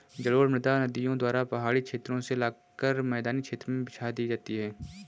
जलोढ़ मृदा नदियों द्वारा पहाड़ी क्षेत्रो से लाकर मैदानी क्षेत्र में बिछा दी गयी है